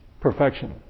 perfection